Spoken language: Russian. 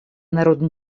народно